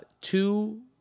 two